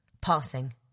Passing